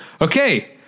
okay